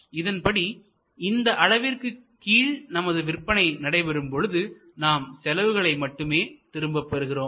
இதன்படி இந்த அளவிற்கு கீழ் நமது விற்பனை நடைபெறும் பொழுது நாம் செலவுகளை மட்டுமே திரும்பப் பெறுகிறோம்